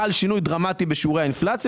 חל שינוי דרמטי בשיעורי האינפלציה,